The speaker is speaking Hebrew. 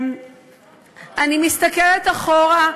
אני מסתכלת אחורה,